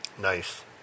Nice